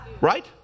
right